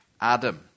Adam